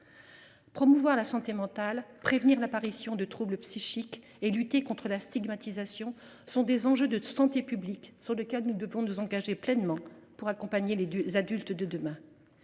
Promouvoir la santé mentale, prévenir l’apparition de troubles psychiques et lutter contre la stigmatisation sont des enjeux de santé publique sur lesquels nous devons nous engager pleinement pour accompagner les adultes de demain.